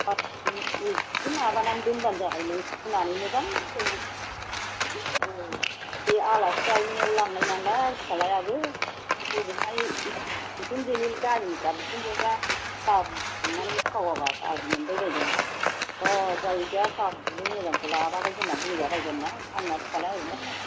बार' केजि इसे माबानानै दोनबानो जाबाय नों सुनानै मोजांखौ औ बे आलासि जाहैनायाव लांनाय नालाय फिसाज्लायाबो हजोंहाय बिखुनजोनि गामिनिफोरा बिखुनजोफोरा साहा रं सोमनानै थावाबा गाज्रि मोनबायबायगोन ना अ जावैसोया साहा रंखौनो मोजांखौ लाबोआखै होनना बुंजाबायगोन ना आंना फिसाज्लाया ओरैनो